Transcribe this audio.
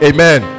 Amen